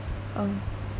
um